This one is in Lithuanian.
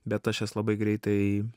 bet aš jas labai greitai